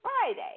Friday